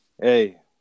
hey